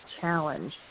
challenge